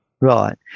Right